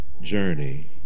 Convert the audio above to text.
journey